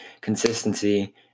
consistency